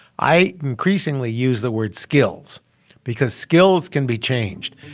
i increasingly use the word skills because skills can be changed.